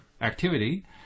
activity